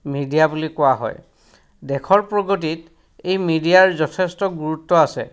media বুলি কোৱা হয় দেশৰ প্ৰগতিত এই মিডিয়াৰ যথেষ্ট গুৰুত্ব আছে